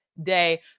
day